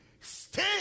stay